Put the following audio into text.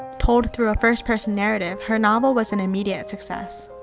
told through a first-person narrative, her novel was an immediate success.